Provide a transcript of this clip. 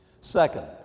Second